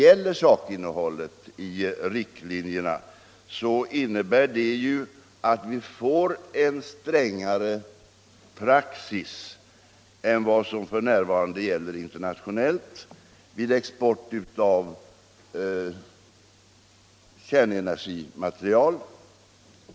Sakinnehållet i riktlinjerna innebär att vi får en strängare praxis än vad som f.n. gäller internationellt vid export av kärnenergimaterial.